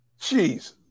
Jeez